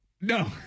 No